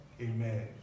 Amen